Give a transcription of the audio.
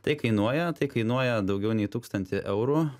tai kainuoja tai kainuoja daugiau nei tūkstantį eurų